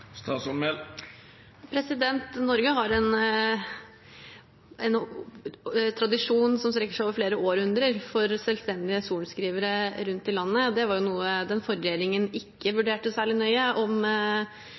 Norge har en tradisjon, som strekker seg over flere århundrer, for å ha selvstendige sorenskrivere rundt i landet. Konsekvensene av å gå bort fra det var noe den forrige regjeringen ikke